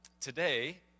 today